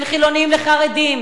בין חילונים לחרדים,